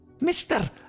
Mister